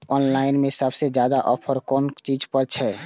Online में सबसे ज्यादा ऑफर कोन चीज पर छे?